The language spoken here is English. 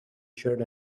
shirt